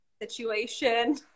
situation